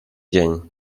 dzień